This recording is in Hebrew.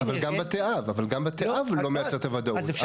אבל, גור, גם בתי אב הוא לא מייצר את הוודאות.